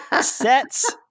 Sets